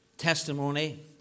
testimony